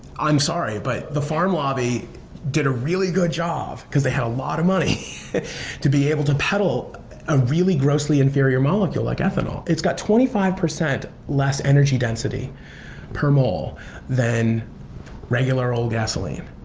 i'm sorry, but the farm lobby did a really good job because they had a lot of money to be able to peddle a really grossly inferior molecule like ethanol. its got twenty five percent less energy density per mole than regular old gasoline.